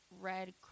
red